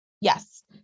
Yes